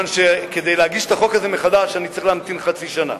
כדי להגיש את החוק הזה מחדש אני צריך להמתין חצי שנה.